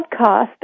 podcast